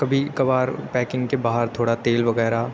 کبھی کبھار پیکنگ کے باہر تھوڑا تیل وغیرہ